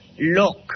Look